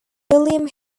william